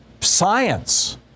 science